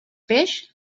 peix